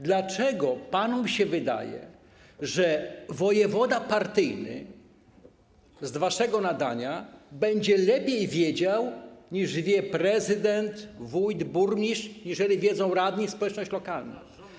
Dlaczego panom wydaje się, że wojewoda partyjny z waszego nadania będzie lepiej wiedział, niż wie prezydent, wójt, burmistrz, aniżeli wiedzą radni, społeczność lokalna?